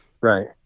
Right